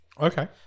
Okay